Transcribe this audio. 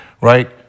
right